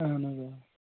اَہَن حظ آ